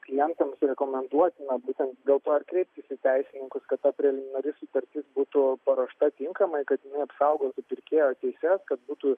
klientams rekomenduotina būtent dėl to ir kreiptis į teisininkus kad ta preliminari sutartis būtų paruošta tinkamai kad apsaugotų pirkėjo teises kad būtų